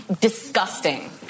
Disgusting